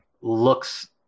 looks